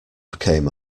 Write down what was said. came